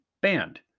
band